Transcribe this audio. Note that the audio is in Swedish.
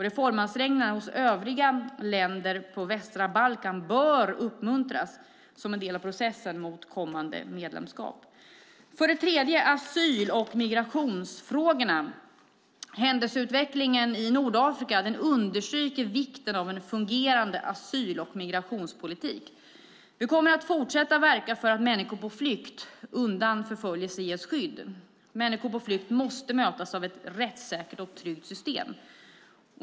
Reformansträngningarna hos övriga länder på västra Balkan bör uppmuntras som en del av processen inför kommande medlemskap. För det tredje handlar det om asyl och migrationsfrågorna. Händelseutvecklingen i Nordafrika understryker vikten av en fungerande asyl och migrationspolitik. Vi kommer att fortsätta verka för att människor på flykt undan förföljelse ges skydd. Människor på flykt måste mötas av ett rättssäkert och tryggt system.